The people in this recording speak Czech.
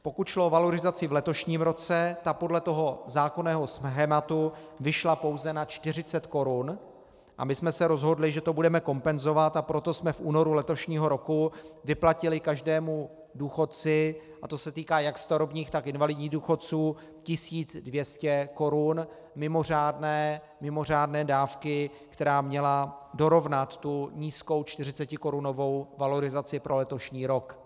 Pokud šlo o valorizaci v letošním roce, ta podle toho zákonného schématu vyšla pouze na 40 korun a my jsme se rozhodli, že to budeme kompenzovat, a proto jsme v únoru letošního roku vyplatili každému důchodci, a to se týká jak starobních, tak invalidních důchodců, 1 200 korun mimořádné dávky, která měla dorovnat tu nízkou čtyřicetikorunovou valorizaci pro letošní rok.